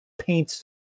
paints